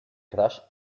crashed